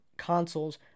consoles